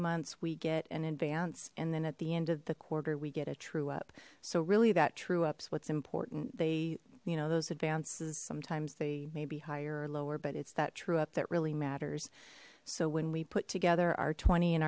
months we get in advance and then at the end of the quarter we get a true up so really that true ups what's important they you know those advances sometimes they may be higher or lower but it's that true up that really matters so when we put together our twenty